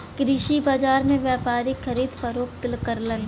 कृषि बाजार में व्यापारी खरीद फरोख्त करलन